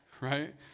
Right